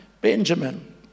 Benjamin